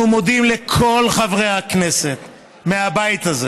אנחנו מודים לכל חברי הכנסת מהבית הזה